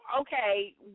Okay